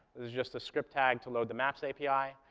there's just a script tag to load the maps api.